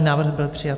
Návrh byl přijat.